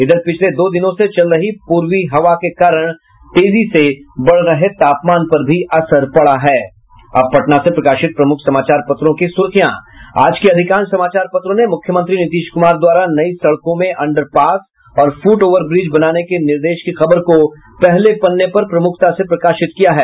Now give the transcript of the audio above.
इधर पिछले दो दिनों से चल रही पूर्वी हवा के कारण तेजी से बढ़ रहे तापमान पर भी असर पड़ा है अब पटना से प्रकाशित प्रमुख समाचार पत्रों की सुर्खियां आज के अधिकांश समाचार पत्रों ने मुख्यमंत्री नीतीश कुमार द्वारा नई सड़कों में अंडर पास और फुटओवर ब्रिज बनाने के निर्देश की खबर को पहले पन्ने पर प्रमुखता से प्रकाशित किया है